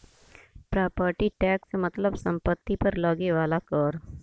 property tax मतलब सम्पति पर लगे वाला कर